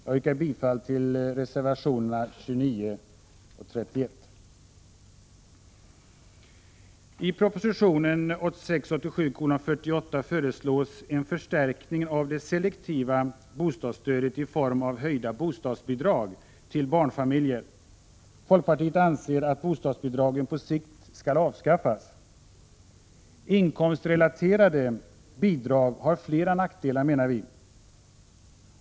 Jag yrkar bifall till reservationerna 29 och 31. Inkomstrelaterade bidrag har flera nackdelar, menar vi.